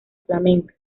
flamenca